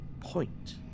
point